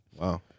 Wow